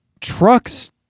trucks